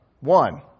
One